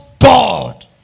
God